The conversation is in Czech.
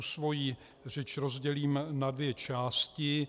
Svoji řeč rozdělím na dvě části.